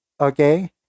Okay